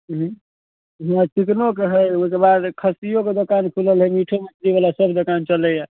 चिकनोके हय ओइके बाद खस्सियोके दोकान खुलल हय मीटोवला सब दोकान चलैए